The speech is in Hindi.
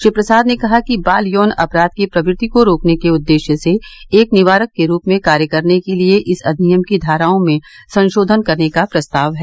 श्री प्रसाद ने कहा कि बाल यौन अपराध की प्रवृति को रोकने के उद्देश्य से एक निवारक के रूप में कार्य करने के लिए इस अधिनियम की धाराओं में संशोधन करने का प्रस्ताव है